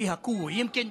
יש כוח.)